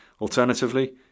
Alternatively